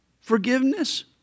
forgiveness